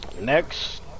Next